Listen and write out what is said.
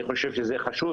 אני חושב שזה חשוב,